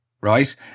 Right